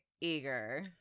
Eager